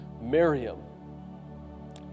Miriam